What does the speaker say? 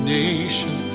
nation